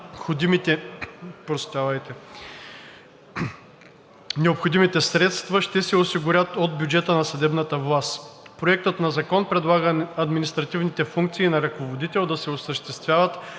необходимите средства ще се осигурят от бюджета на съдебната власт. Проектът на Закон предлага административните функции на ръководител да се осъществяват